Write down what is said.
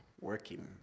working